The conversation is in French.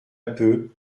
peu